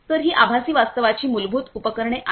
तर ही आभासी वास्तवाची मूलभूत उपकरणे आहेत